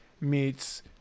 meets